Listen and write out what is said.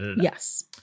yes